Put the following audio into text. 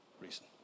reason